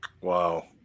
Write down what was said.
Wow